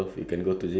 ya